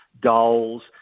goals